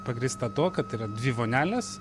pagrįsta tuo kad yra dvi vonelės